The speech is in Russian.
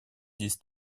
здесь